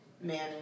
man